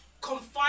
confined